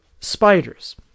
spiders